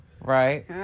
right